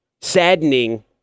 saddening